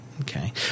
Okay